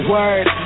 Word